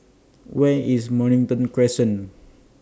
Where IS Mornington Crescent